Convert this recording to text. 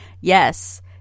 Yes